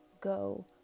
go